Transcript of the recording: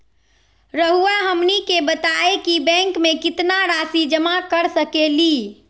रहुआ हमनी के बताएं कि बैंक में कितना रासि जमा कर सके ली?